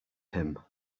him